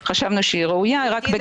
ואם